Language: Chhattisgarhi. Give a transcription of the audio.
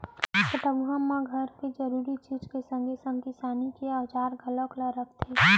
पटउहाँ म घर के जरूरी चीज के संगे संग किसानी के औजार घलौ ल रखथे